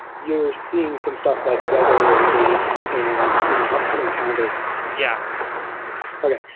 you're seeing some stuff like weather and date and you know upcoming calendar events yeah okay.